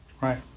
Right